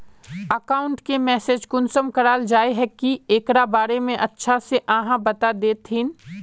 Account के manage कुंसम कराल जाय है की एकरा बारे में अच्छा से आहाँ बता देतहिन?